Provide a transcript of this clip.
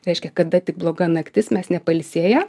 reiškia kada tik bloga naktis mes nepailsėję